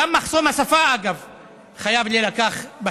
אגב, גם את מחסום השפה חייבים להביא בחשבון.